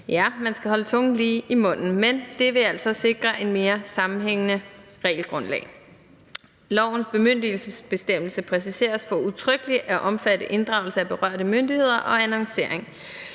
ja, man skal holde tungen lige i munden. Men det vil altså sikre et mere sammenhængende regelgrundlag. Lovens bemyndigelsesbestemmelse præciseres for udtrykkelig at omfatte inddragelse af berørte myndigheder og annoncering.